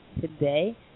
today